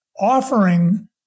offering